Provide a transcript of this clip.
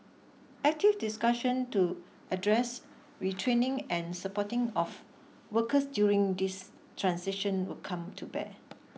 active discussion to address retraining and supporting of workers during this transition will come to bear